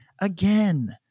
again